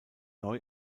neu